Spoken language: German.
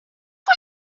von